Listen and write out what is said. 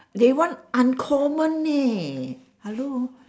they want uncommon eh hello